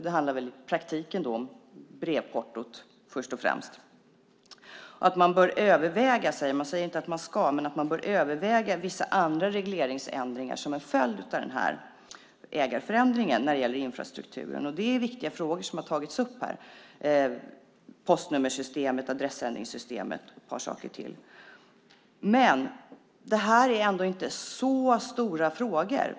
Det handlar väl i praktiken först och främst om brevportot. Man säger att man bör överväga - man säger inte att man ska - vissa andra regleringsändringar som en följd av ägarförändringen när det gäller infrastrukturen. Det är viktiga frågor som har tagits upp. Det gäller postnummersystemet, adressändringssystemet och ett par saker till. Det är ändå inte så stora frågor.